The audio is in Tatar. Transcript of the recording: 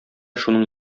шуның